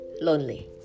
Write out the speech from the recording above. lonely